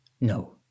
no